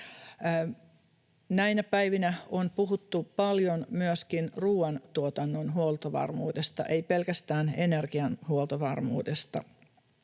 Näinä päivinä on puhuttu paljon myöskin ruoantuotannon huoltovarmuudesta, ei pelkästään energian huoltovarmuudesta.